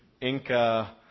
Inca